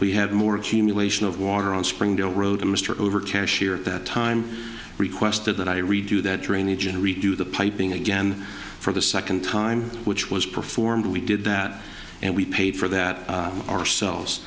we had more accumulation of water on springvale road and mr over cashier at that time requested that i redo that drainage and redo the piping again for the second time which was performed we did that and we paid for that ourselves